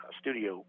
studio